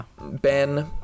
Ben